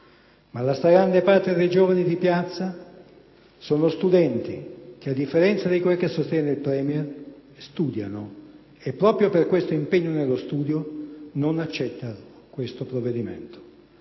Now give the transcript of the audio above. la loro stragrande parte, i giovani in piazza sono studenti che, a differenza di quello che sostiene il *Premier*, studiano; e proprio per questo impegno nello studio, non accettano questo provvedimento.